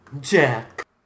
Jack